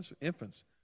infants